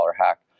hack